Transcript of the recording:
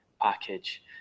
package